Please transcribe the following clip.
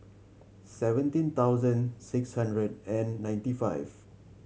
seventeen thousand six hundred and ninety five